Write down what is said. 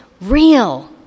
real